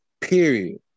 Period